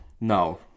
No